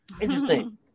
Interesting